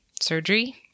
surgery